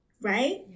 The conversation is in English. right